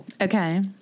Okay